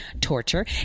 torture